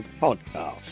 podcast